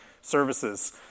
Services